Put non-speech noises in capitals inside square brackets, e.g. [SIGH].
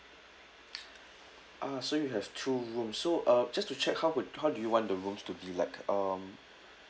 [BREATH] ah so you'll have two rooms so uh just to check how would how do you want the rooms to be like um